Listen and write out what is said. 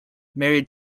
married